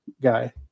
guy